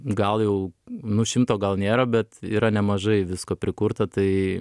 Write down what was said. gal jau nu šimto gal nėra bet yra nemažai visko prikurta tai